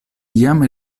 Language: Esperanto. jam